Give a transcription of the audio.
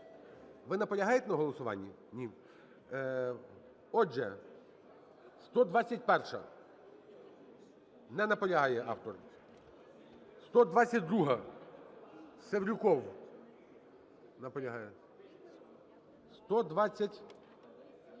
Ви наполягаєте на голосуванні? Ні. Отже, 121-а - не наполягає автор. 122-а, Севрюков. Наполягає. 123-я,